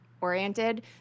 oriented